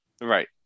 Right